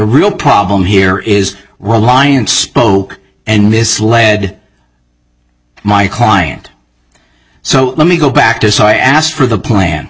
real problem here is we're alliance spoke and misled my client so let me go back to so i asked for the plan